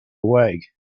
awake